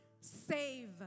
save